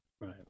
right